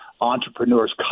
entrepreneurs